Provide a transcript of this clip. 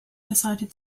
decided